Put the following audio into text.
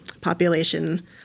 population